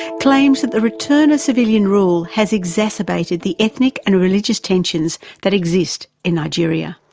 claims that the return of civilian rule has exacerbated the ethnic and religious tensions that exist in nigeria.